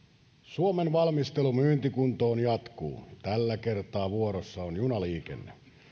suomen valmistelu myyntikuntoon jatkuu tällä kertaa vuorossa on junaliikenne